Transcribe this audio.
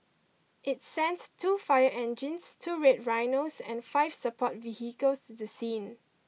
it sent two fire engines two Red Rhinos and five support vehicles to the scene